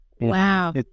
Wow